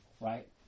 right